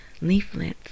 leaflets